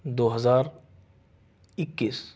دو ہزار اکیس